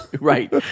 Right